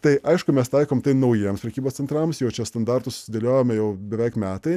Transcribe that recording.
tai aišku mes taikom tai naujiems prekybos centrams jau čia standartus susidėliojome jau beveik metai